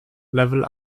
level